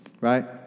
right